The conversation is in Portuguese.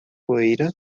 poeira